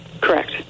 Correct